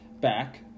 back